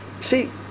see